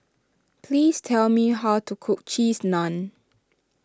please tell me how to cook Cheese Naan